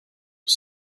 was